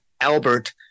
Albert